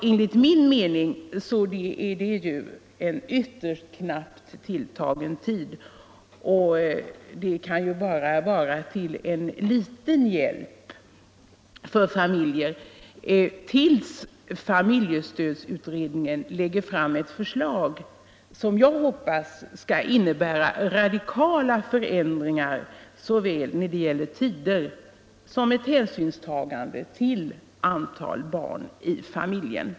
Enligt min mening är det en ytterst knappt tilltagen tid som bara kan vara till en liten hjälp för familjerna till dess familjestödsutredningen lägger fram ett förslag, vilket jag hoppas skall innebära radikala förändringar när det gäller såväl tider som hänsynstagande till antal barn i familjen.